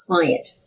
client